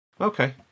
Okay